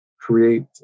create